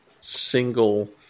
single